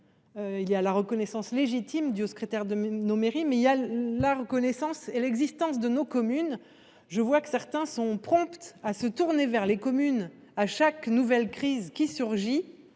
Il y a la reconnaissance légitime du au secrétaire de nos mairies, mais il y a la reconnaissance et l'existence de nos communes. Je vois que certains sont prompts à se tourner vers les communes à chaque nouvelle crise qui surgit.